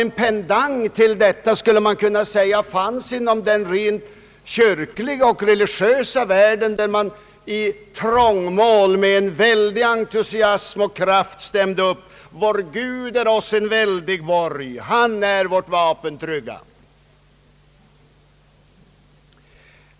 En pendang finner vi inom den rent kyrkliga och religiösa världen, där man en gång i trångmål med en väldig entusiasm och kraft stämde upp: Vår Gud är oss en väldig borg, han är vårt vapen trygga.